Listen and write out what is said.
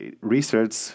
research